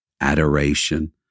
adoration